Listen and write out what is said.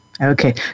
Okay